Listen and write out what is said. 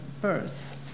birth